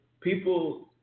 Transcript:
people